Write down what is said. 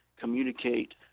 communicate